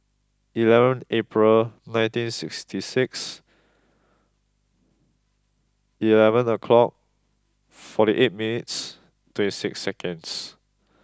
eleven April nineteen sixty six eleven o'clock forty eight minutes twenty six seconds